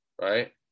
right